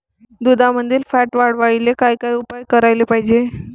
दुधामंदील फॅट वाढवायले काय काय उपाय करायले पाहिजे?